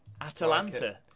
Atalanta